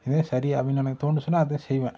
இதான் சரியா அப்படின்னு எனக்கு தோணுச்சுனால் அதான் செய்வேன்